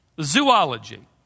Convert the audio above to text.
zoology